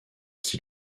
qui